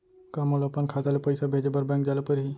का मोला अपन खाता ले पइसा भेजे बर बैंक जाय ल परही?